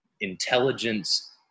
intelligence